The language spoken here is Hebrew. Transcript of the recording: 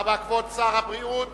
כבוד שר הבריאות